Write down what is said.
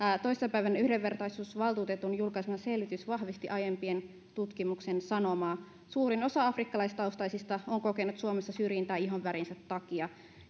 toissa päivänä yhdenvertaisuusvaltuutetun julkaisema selvitys vahvisti aiempien tutkimuksien sanomaa suurin osa afrikkalaistaustaisista on kokenut suomessa syrjintää ihonvärinsä takia